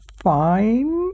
fine